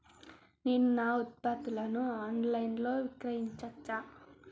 నేను నా ఉత్పత్తులను ఆన్ లైన్ లో విక్రయించచ్చా?